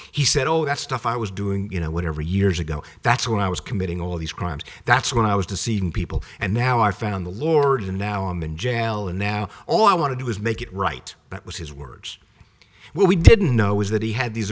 he said all that stuff i was doing you know whatever years ago that's when i was committing all these crimes that's when i was deceiving people and now i found the lord and now i'm in jail and now all i want to do is make it right that was his words we didn't know was that he had these